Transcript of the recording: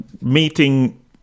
Meeting